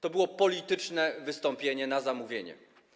To było polityczne wystąpienie na zamówienie.